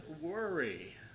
worry